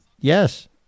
yes